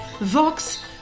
Vox